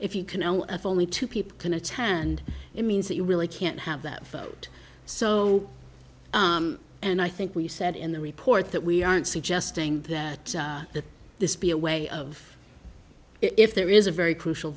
oh if only two people can attend it means that you really can't have that vote so and i think we said in the report that we aren't suggesting that that this be a way of if there is a very crucial